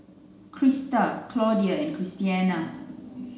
Crysta Claudia and Christiana